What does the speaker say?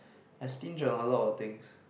I stinge on a lot of things